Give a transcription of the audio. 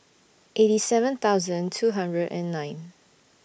eighty seven thousand two hundred and nine